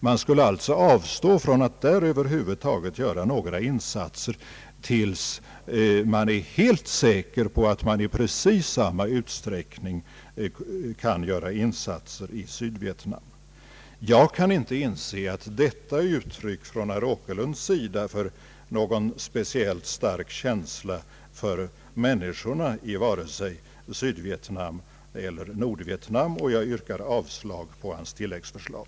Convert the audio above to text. Man skulle alltså där avstå från att över huvud taget planera några insatser tills man är helt säker på att kunna göra insatser i precis samma utsträckning i Sydvietnam. Jag kan inte inse att herr Åkerlunds yttrande är uttryck för någon speciellt stark känsla för människorna vare sig i Sydvietnam eller Nordvietnam, och jag yrkar därför avslag på hans tilläggsförslag.